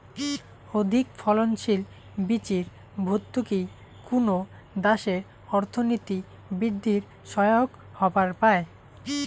অধিকফলনশীল বীচির ভর্তুকি কুনো দ্যাশের অর্থনীতি বিদ্ধির সহায়ক হবার পায়